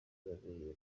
babiri